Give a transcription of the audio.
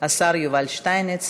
השר יובל שטייניץ.